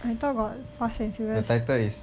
I thought got fast and furious